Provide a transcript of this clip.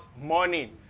Morning